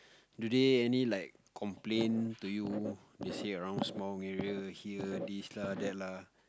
do they any like complain to you they say around small area here this lah that lah